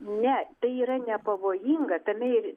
ne tai yra nepavojinga tame ir